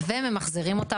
וממחזרים אותה,